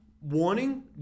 warning